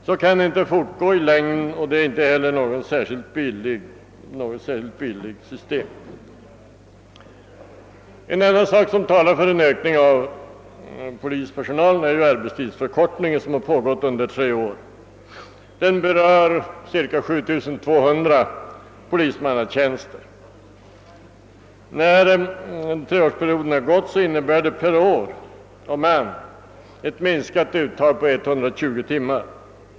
Så kan det inte fortgå i längden, och det är inte heller något särskilt billigt system, En annan omständighet som talar för en ökning av polispersonalen är arbetstidsförkortningen, som har pågått under tre år och berör cirka 7 200 polismannatjänster. När treårsperioden har gått betyder denna arbetstidsförkortning per år och man ett med 120 timmar minskat arbetsuttag.